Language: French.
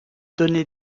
donner